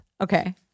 okay